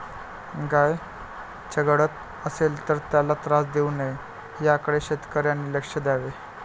गाय चघळत असेल तर त्याला त्रास देऊ नये याकडे शेतकऱ्यांनी लक्ष द्यावे